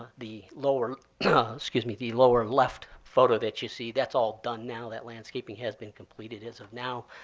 the lower excuse me the lower left photo that you see, that's all done now. that landscaping has been completed as of now,